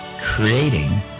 creating